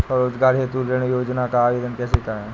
स्वरोजगार हेतु ऋण योजना का आवेदन कैसे करें?